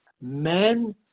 Men